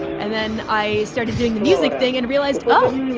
and then i started doing the music thing and realized, oh,